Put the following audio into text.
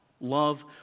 Love